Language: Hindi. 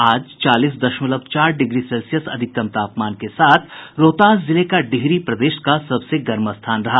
आज चालीस दशमलव चार डिग्री सेल्सियस अधिकतम तापमान के साथ रोहतास जिले का डिहरी प्रदेश का सबसे गर्म स्थान रहा